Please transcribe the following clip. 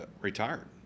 retired